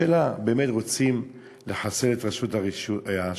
השאלה, באמת רוצים לחסל את רשות השידור?